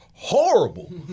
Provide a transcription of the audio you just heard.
Horrible